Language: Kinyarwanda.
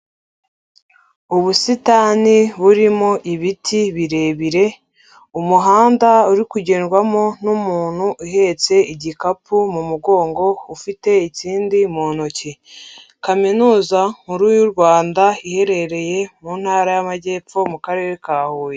Ubusitani burimo ibiti birebire, umuhanda uri kugendwamo n'umuntu uhetse igikapu mu mugongo, ufite ikindi mu ntoki, kaminuza nkuru y'u Rwanda iherereye mu ntara y'amajyepfo mu karere ka Huye.